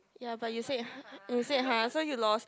ya but you said you said !huh! so you lost